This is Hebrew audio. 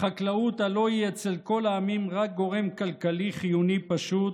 "החקלאות הלוא היא אצל כל העמים רק גורם כלכלי חיוני פשוט,